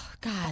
God